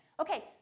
Okay